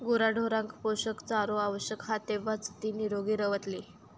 गुराढोरांका पोषक चारो आवश्यक हा तेव्हाच ती निरोगी रवतली